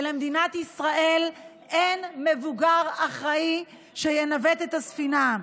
ולמדינת ישראל אין מבוגר אחראי שינווט את הספינה.